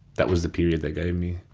that was the period they gave me.